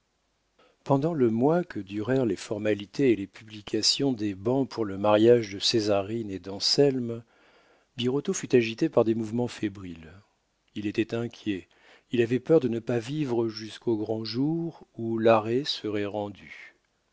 pendant le mois que durèrent les formalités et les publications des bans pour le mariage de césarine et d'anselme birotteau fut agité par des mouvements fébriles il était inquiet il avait peur de ne pas vivre jusqu'au grand jour où l'arrêt serait rendu